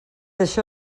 això